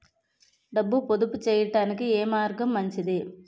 డబ్బు పొదుపు చేయటానికి ఏ మార్గం మంచిది?